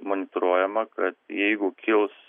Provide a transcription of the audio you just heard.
manipuliuojama kad jeigu kils